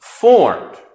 formed